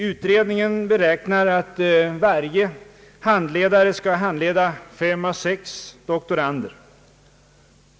Utredningen beräknar att varje handledare skall handleda fem å sex doktorander.